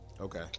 Okay